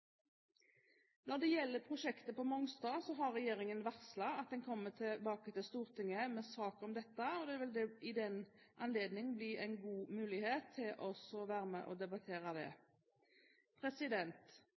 Når det gjelder prosjektet på Mongstad, har regjeringen varslet at den vil komme tilbake til Stortinget med en sak om dette. Det vil i den anledning bli en god mulighet til å være med og debattere